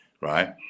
right